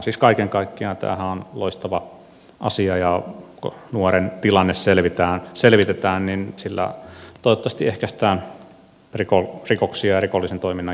siis kaiken kaikkiaan tämähän on loistava asia ja kun nuoren tilanne selvitetään niin sillä toivottavasti ehkäistään rikoksia ja rikollisen toiminnan jatkamista